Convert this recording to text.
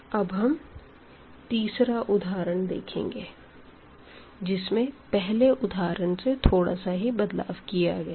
अब हम तीसरा उदाहरण देखते हैं जिसमें पिछले उदाहरण से थोड़ा सा ही बदलाव किया गया है